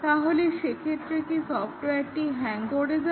তাহলে সেক্ষেত্রে কি সফটওয়্যারটি হ্যাং করে যাবে